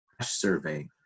survey